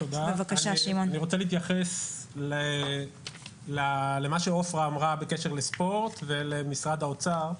אני רוצה להתייחס למה שעופרה אמרה בקשר לספורט ולמשרד האוצר.